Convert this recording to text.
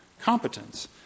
competence